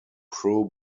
pro